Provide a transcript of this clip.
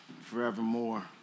forevermore